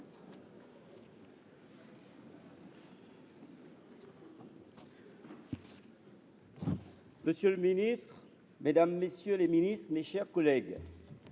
Monsieur le Premier ministre, mesdames, messieurs les ministres, mes chers collègues,